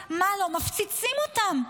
כמעט חצי מהבתים הרוסים.